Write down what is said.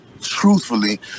truthfully